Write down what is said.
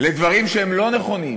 לדברים שהם לא נכונים,